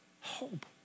Hope